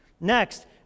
Next